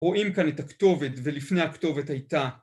רואים כאן את הכתובת ולפני הכתובת הייתה